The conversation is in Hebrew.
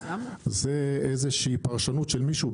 זה איזושהי פרשנות של מישהו,